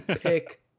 pick